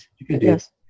Yes